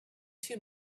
too